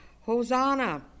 Hosanna